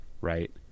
right